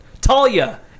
Talia